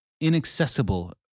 inaccessible